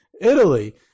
Italy